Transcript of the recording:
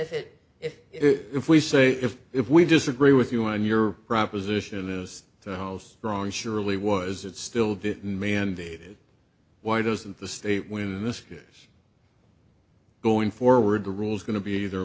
that if it if if we say if if we disagree with you on your proposition as to how strong surely was it still didn't mandated why doesn't the state win this case going forward the rules going to be ther